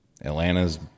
Atlanta's